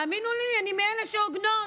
האמינו לי, אני מאלה שהוגנות.